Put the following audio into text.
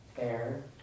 air